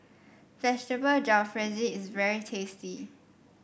Vegetable Jalfrezi is very tasty